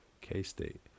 K-State